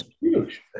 huge